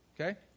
okay